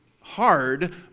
hard